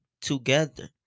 together